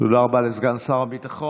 תודה רבה לסגן שר הביטחון.